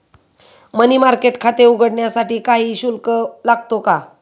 मनी market खाते उघडण्यासाठी काही शुल्क लागतो का?